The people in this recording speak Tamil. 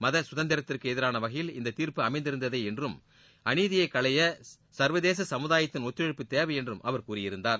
மத சுதந்திரத்திற்கு எதிரான வகையில் இந்த தீர்ப்பு அமைந்திருந்தது என்றும் அநீதியை களைய சர்வதேச சமுதாயத்தின் ஒத்துழைப்பு தேவை என்றும் அவர் கூறியிருந்தார்